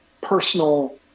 personal